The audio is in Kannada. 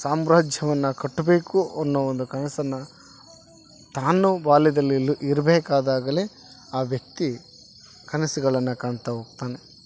ಸಾಮ್ರಾಜ್ಯವನ್ನ ಕಟ್ಟಬೇಕು ಅನ್ನೋ ಒಂದು ಕನಸನ್ನ ತಾನು ಬಾಲ್ಯದಲ್ಲಿ ಇಲ್ ಇರ್ಬೇಕಾದಾಗಲೇ ಆ ವ್ಯಕ್ತಿ ಕನಸುಗಳನ್ನ ಕಾಣ್ತಾ ಹೋಗ್ತನೆ